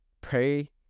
pray